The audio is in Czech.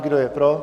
Kdo je pro?